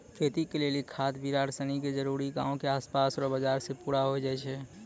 खेती के लेली खाद बिड़ार सनी के जरूरी गांव के आसपास रो बाजार से पूरी होइ जाय छै